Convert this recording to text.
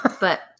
But-